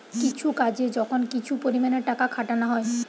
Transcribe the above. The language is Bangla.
কিছু কাজে যখন কিছু পরিমাণে টাকা খাটানা হয়